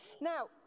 Now